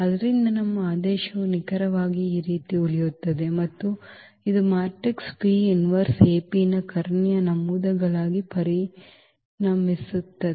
ಆದ್ದರಿಂದ ನಮ್ಮ ಆದೇಶವು ನಿಖರವಾಗಿ ಈ ರೀತಿ ಉಳಿಯುತ್ತದೆ ಮತ್ತು ಇದು ಮ್ಯಾಟ್ರಿಕ್ಸ್ ನ ಕರ್ಣೀಯ ನಮೂದುಗಳಾಗಿ ಪರಿಣಮಿಸುತ್ತದೆ